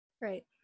Right